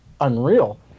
unreal